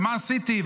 ומה עשיתי,